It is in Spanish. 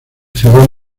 ciudad